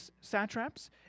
satraps